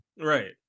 right